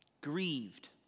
grieved